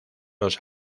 los